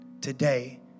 today